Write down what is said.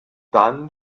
dann